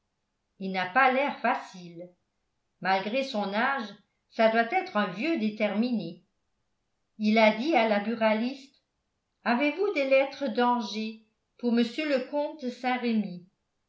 il n'a pas l'air facile malgré son âge ça doit être un vieux déterminé il a dit à la buraliste avez-vous des lettres d'angers pour m le comte